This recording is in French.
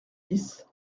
dix